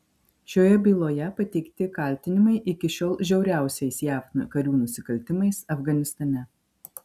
šioje byloje pateikti kaltinimai iki šiol žiauriausiais jav karių nusikaltimais afganistane